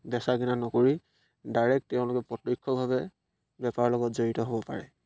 বেচা কিনা নকৰি ডাইৰেক্ট তেওঁলোকে প্ৰত্যক্ষভাৱে বেপাৰৰ লগত জড়িত হ'ব পাৰে